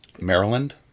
Maryland